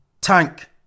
Tank